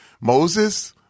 Moses –